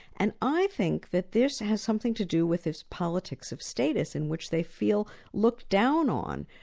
and i think that this has something to do with this politics of status in which they feel looked down on,